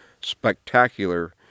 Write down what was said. spectacular